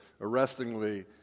arrestingly